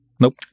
Nope